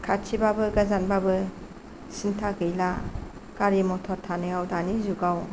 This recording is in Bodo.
खाथिबाबो गोजानबाबो सिनथा गैला गारि मथर थानायाव दानि जुगाव